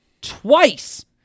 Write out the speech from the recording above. twice